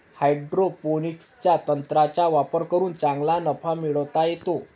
हायड्रोपोनिक्सच्या तंत्राचा वापर करून चांगला नफा मिळवता येतो